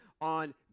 on